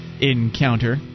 encounter